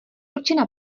určena